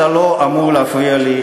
אתה לא אמור להפריע לי בדיבורים.